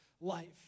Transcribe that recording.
life